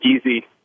easy